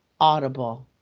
audible